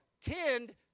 tend